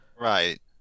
Right